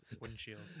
windshield